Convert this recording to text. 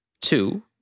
two